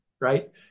right